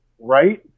right